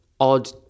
odd